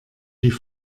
die